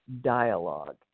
dialogue